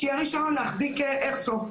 אז שיהיה רישיון להחזיק איירסופט.